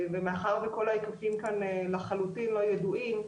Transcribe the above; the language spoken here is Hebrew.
ומאחר וכל ההיקפים כאן לחלוטין לא ידועים,